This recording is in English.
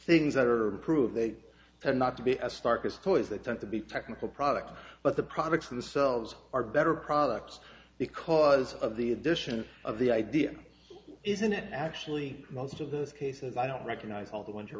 things that are prove they tend not to be as stark as toys that tend to be technical products but the products themselves are better products because of the addition of the idea isn't it actually most of those cases i don't recognize all the winter